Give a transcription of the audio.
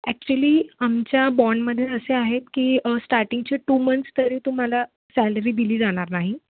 actually आमच्या बॉनमध्ये असे आहेत की स्टाटिंगचे टू मंथ्स तरी तुम्हाला सॅलरी दिली जाणार नाही